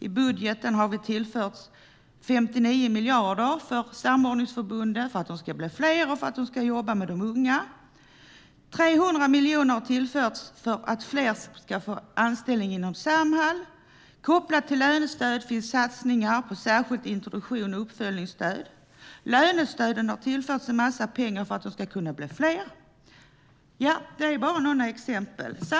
I budgeten har vi tillfört 59 miljoner till samordningsförbunden för att de ska bli fler och för att de ska jobba med de unga. 300 miljoner har tillförts för att fler ska få anställning inom Samhall. Kopplat till lönestöd finns satsningar på särskilt introduktions och uppföljningsstöd. Lönestöden har tillförts en massa pengar för att de ska kunna bli fler. Det är bara några exempel. Herr talman!